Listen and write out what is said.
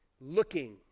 looking